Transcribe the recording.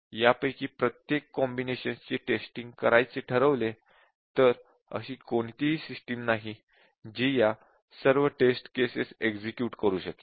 यापैकी प्रत्येक कॉम्बिनेशन्स ची टेस्टिंग करायचे ठरविले तर अशी कोणतीही सिस्टिम नाही जी या सर्व टेस्ट केसेस एक्झिक्युट करू शकेल